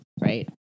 Right